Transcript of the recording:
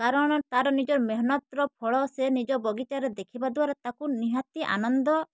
କାରଣ ତାର ନିଜ ମେହେନତର ଫଳ ସେ ନିଜ ବଗିଚାରେ ଦେଖିବା ଦ୍ୱାରା ତାକୁ ନିହାତି ଆନନ୍ଦ